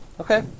okay